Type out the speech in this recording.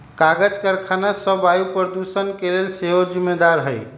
कागज करखना सभ वायु प्रदूषण के लेल सेहो जिम्मेदार हइ